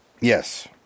Yes